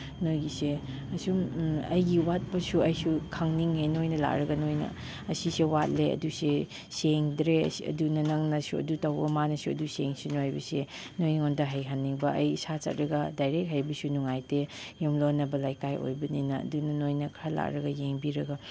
ꯅꯣꯏꯒꯤꯁꯦ ꯑꯁꯨꯝ ꯑꯩꯒꯤ ꯋꯥꯠꯄꯁꯨ ꯑꯩꯁꯨ ꯈꯪꯅꯤꯡꯉꯦ ꯅꯣꯏꯅ ꯂꯥꯛꯂꯒ ꯅꯣꯏꯅ ꯑꯁꯤꯁꯦ ꯋꯥꯠꯂꯦ ꯑꯗꯨꯁꯦ ꯁꯦꯡꯗ꯭ꯔꯦ ꯑꯗꯨꯅ ꯅꯪꯅꯁꯨ ꯑꯗꯨ ꯇꯧꯋꯣ ꯃꯥꯅꯁꯨ ꯑꯗꯨ ꯁꯦꯡꯁꯅꯨ ꯍꯥꯏꯕꯁꯦ ꯅꯣꯏꯉꯣꯟꯗ ꯍꯥꯏꯍꯟꯅꯤꯡꯕ ꯑꯩ ꯏꯁꯥ ꯆꯠꯂꯒ ꯗꯥꯏꯔꯦꯛ ꯍꯥꯏꯕꯁꯨ ꯅꯨꯡꯉꯥꯏꯇꯦ ꯌꯨꯝꯂꯣꯟꯅꯕ ꯂꯩꯀꯥꯏ ꯑꯣꯏꯕꯅꯤꯅ ꯑꯗꯨꯅ ꯅꯣꯏꯅ ꯈꯔ ꯂꯥꯛꯂꯒ ꯌꯦꯡꯕꯤꯔꯒ